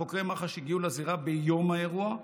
חוקרי מח"ש הגיעו לזירה ביום האירוע,